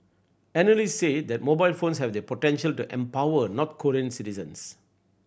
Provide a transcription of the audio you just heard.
analysts say that mobile phones have the potential to empower North Korean citizens